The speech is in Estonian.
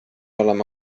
oleme